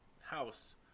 House